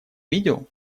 видел